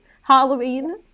Halloween